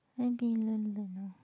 then <unk? don't know